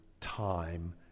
time